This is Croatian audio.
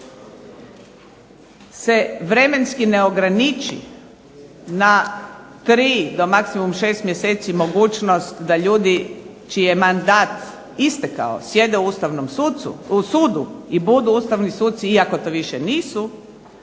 se vremenski ne ograniči na 3 do maksimum 6 mjeseci mogućnost da ljudi čiji je mandat istekao sjede u Ustavnom sudu i budu ustavni suci iako to više nisu,